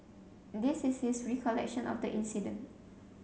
this is his recollection of the incident